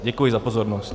Děkuji za pozornost.